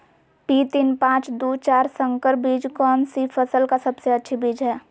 P तीन पांच दू चार संकर बीज कौन सी फसल का सबसे अच्छी बीज है?